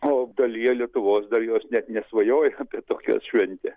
o dalyje lietuvos dar jos net nesvajoja apie tokią šventę